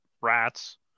rats